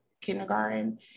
Kindergarten